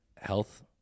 Health